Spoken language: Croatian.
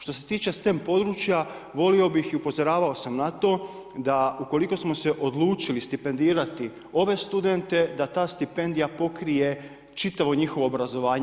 Što se tiče stem područja, volio bi i upozoravao sam na to da ukoliko smo se odučili stipendirati ove studente, da ta stipendija pokrije čitavo njihovo obrazovanje.